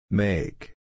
make